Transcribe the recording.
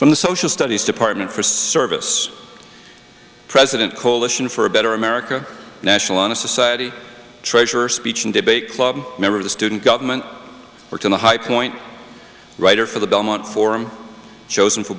for the social studies department for service president coalition for a better america national honor society treasurer speech and debate club member of the student government or to the high point writer for the belmont forum chosen for